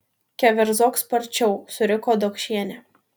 keverzok sparčiau suriko dokšienė